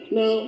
no